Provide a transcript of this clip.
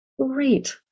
great